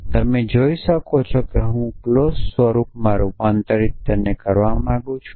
અને તમે જોઈ શકો છો કે જો હું ક્લોઝ સ્વરૂપમાં રૂપાંતરિત કરવા માગું છું